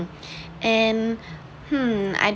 and um I